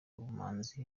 ubumanzi